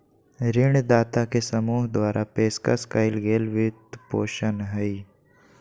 ऋणदाता के समूह द्वारा पेशकश कइल गेल वित्तपोषण हइ